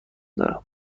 دارم